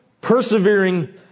persevering